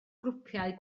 grwpiau